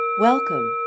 Welcome